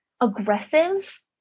aggressive